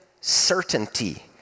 certainty